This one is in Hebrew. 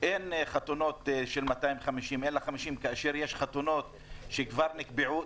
אין חתונות של 250 אלא 50 אלא יש חתונות שכבר נקבעו.